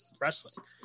wrestling